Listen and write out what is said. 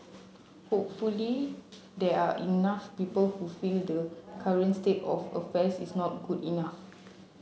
hopefully there are enough people who feel the current state of affairs is not good enough